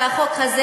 שהחוק הזה,